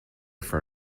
for